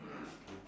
(uh huh)